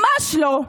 ממש לא.